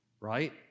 right